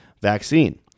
vaccine